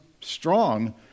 strong